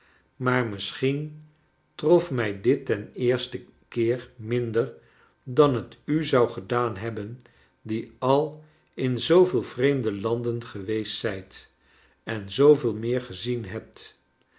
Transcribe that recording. maar misschien trof mij dit den eersten keer minder dan het u zou gedaan hebben die al in zooveel vreemde landen geweest zijt en zooveel meer gezien hebt